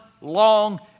long